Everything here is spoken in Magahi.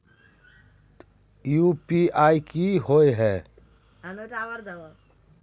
यु.पी.आई की होय है?